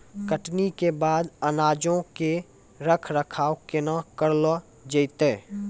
कटनी के बाद अनाजो के रख रखाव केना करलो जैतै?